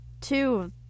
two